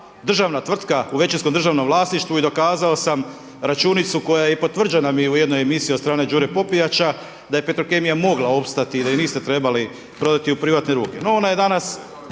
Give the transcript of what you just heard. državna tvrtka u većinskom državnom vlasništvu i dokazao računicu koja je i potvrđena mi u jednoj emisiji od strane Đure Popijača, da je Petrokemija mogla opstati jer je niste trebali predati u privatne ruke